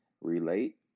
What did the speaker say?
relate